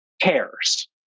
cares